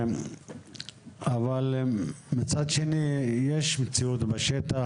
אבל מצד שני יש מציאות בשטח,